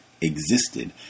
existed